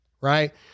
right